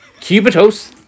Cubitos